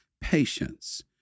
patience